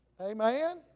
Amen